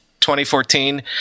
2014